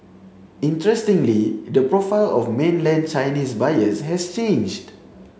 interestingly the profile of mainland Chinese buyers has changed